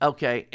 Okay